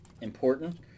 important